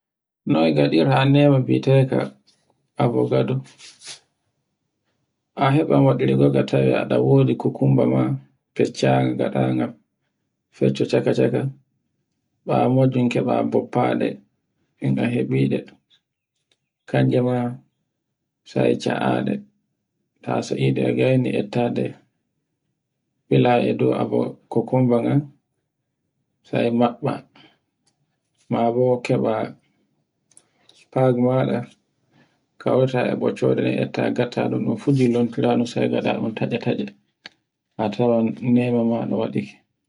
Noy goɗirta newa biteka abokado. A heɓa waɗirga tawe aɗa wodi kokumba ma a fecca ngaɗaga, fecco cakacaka, ɓawo majjum keɓa buffaɗe to a heɓiɗe. Kanje ma sai ca'aɗe ta sa'iɗe gene ettaɗe ɓila e dow kokomba non sai maɓɓa. Mabo keɓa fagumaɗa kaurata e ɓoccoɗe ɗen etta ngatta ɗun ɗon fu julotira ɗun sai ngaɗa tacce-tacce a tawan newa maɗa waɗi.